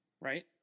right